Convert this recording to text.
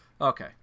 Okay